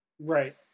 right